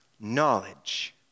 knowledge